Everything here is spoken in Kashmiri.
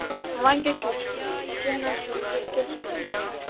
وۄنۍ کیٛاہ چھُو کیٚنہہ نہٕ حظ چھُنہٕ تُہۍ کیٛاہ چھِو وۄنۍ چاہان